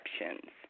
exceptions